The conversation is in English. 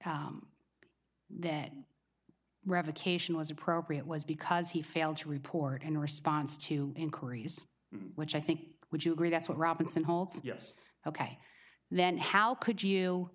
that revocation was appropriate was because he failed to report in response to increase which i think would you agree that's what robinson holds yes ok then how could you